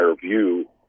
view